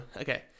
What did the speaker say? Okay